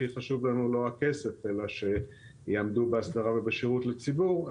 הכי חשוב לנו שיעמדו בהסדרה ובשירות לציבור.